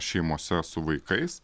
šeimose su vaikais